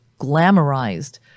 glamorized